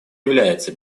является